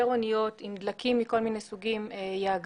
יותר אניות עם דלקים מכל מיני סוגים יעגנו